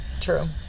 True